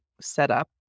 setup